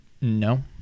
no